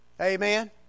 Amen